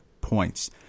points